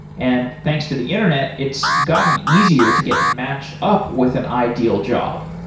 and thanks to the internet it's gotten easier to get match up with an ideal job.